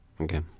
okay